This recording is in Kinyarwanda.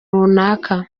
runaka